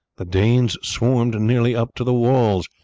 the danes swarmed nearly up to the walls,